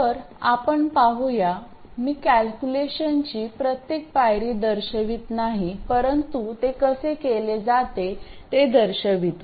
तर आपण पाहूया मी कॅल्क्युलेशनची प्रत्येक पायरी दर्शवित नाही परंतु ते कसे केले जाते ते दर्शवितो